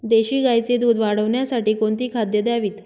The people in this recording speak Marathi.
देशी गाईचे दूध वाढवण्यासाठी कोणती खाद्ये द्यावीत?